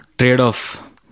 trade-off